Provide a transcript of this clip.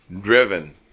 Driven